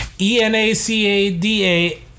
E-N-A-C-A-D-A